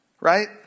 right